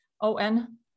O-N